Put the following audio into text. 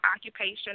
occupation